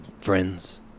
friends